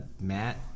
Matt